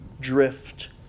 drift